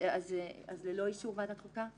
ללא אישור ועדת חוקה?